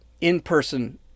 in-person